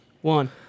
One